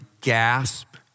gasp